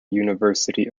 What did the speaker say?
university